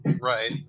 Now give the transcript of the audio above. Right